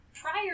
Prior